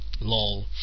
lol